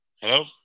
Hello